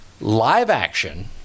live-action